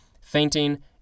fainting